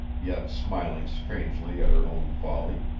yet smiling strangely at her own folly